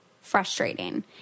frustrating